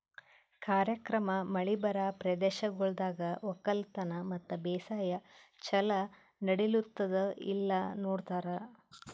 ಕಾರ್ಯಕ್ರಮ ಮಳಿ ಬರಾ ಪ್ರದೇಶಗೊಳ್ದಾಗ್ ಒಕ್ಕಲತನ ಮತ್ತ ಬೇಸಾಯ ಛಲೋ ನಡಿಲ್ಲುತ್ತುದ ಇಲ್ಲಾ ನೋಡ್ತಾರ್